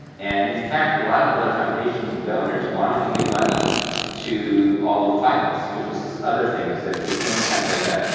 and, in fact, a lot of other foundations and donors wanted to give money to all of the finalists, which was this other thing instead, it became kinda kind of like a,